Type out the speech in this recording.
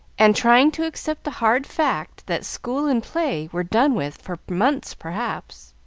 and trying to accept the hard fact that school and play were done with for months perhaps.